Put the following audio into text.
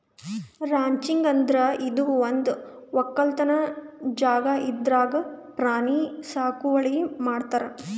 ranching ಅಂದ್ರ ಇದು ಒಂದ್ ವಕ್ಕಲತನ್ ಜಾಗಾ ಇದ್ರಾಗ್ ಪ್ರಾಣಿ ಸಾಗುವಳಿ ಮಾಡ್ತಾರ್